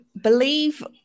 believe